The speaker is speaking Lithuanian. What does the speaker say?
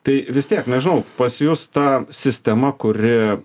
tai vis tiek nežinau pas jus ta sistema kuri